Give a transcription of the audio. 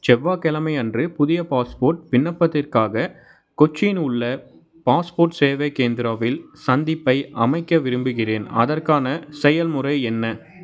செவ்வாய்க்கிழமை அன்று புதிய பாஸ்போர்ட் விண்ணப்பத்திற்காக கொச்சியில் உள்ள பாஸ்போர்ட் சேவை கேந்திராவில் சந்திப்பை அமைக்க விரும்புகிறேன் அதற்கான செயல்முறை என்ன